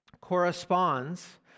corresponds